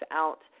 out